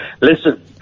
Listen